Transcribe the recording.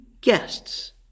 guests